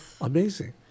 Amazing